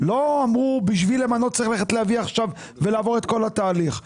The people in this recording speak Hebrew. לא אמרו בשביל למנות צריך ללכת עכשיו ולעבור את כל התהליך.